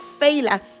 failure